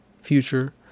future